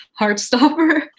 Heartstopper